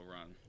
run